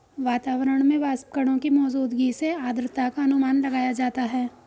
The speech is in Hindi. वातावरण में वाष्पकणों की मौजूदगी से आद्रता का अनुमान लगाया जाता है